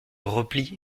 repli